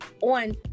on